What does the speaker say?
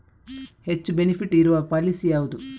ಹೆಚ್ಚು ಬೆನಿಫಿಟ್ ಇರುವ ಪಾಲಿಸಿ ಯಾವುದು?